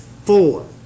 Four